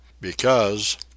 because